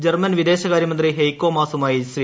German വിദേശകാര്യ മന്ത്രി Heiko മാസുമായി ശ്രി